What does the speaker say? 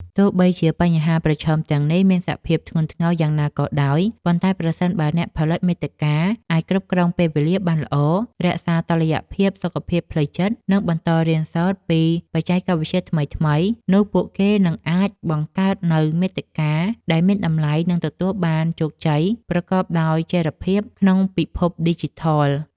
ទោះបីជាបញ្ហាប្រឈមទាំងនេះមានសភាពធ្ងន់ធ្ងរយ៉ាងណាក៏ដោយ ប៉ុន្តែប្រសិនបើអ្នកផលិតមាតិកាអាចគ្រប់គ្រងពេលវេលាបានល្អ រក្សាតុល្យភាពសុខភាពផ្លូវចិត្ត និងបន្តរៀនសូត្រពីបច្ចេកវិទ្យាថ្មីៗ នោះពួកគេនឹងអាចបង្កើតនូវមាតិកាដែលមានតម្លៃ និងទទួលបានជោគជ័យប្រកបដោយចីរភាពក្នុងពិភពឌីជីថល។